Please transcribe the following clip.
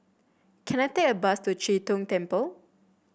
can I take a bus to Chee Tong Temple